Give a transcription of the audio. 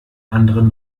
anderen